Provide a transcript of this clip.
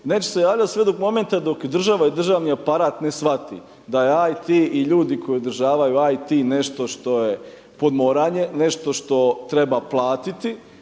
neće se javljati sve do momenta dok država i državni aparat ne shvati da IT i ljudi koji održavaju IT nešto što je pod moranje, nešto što treba platiti,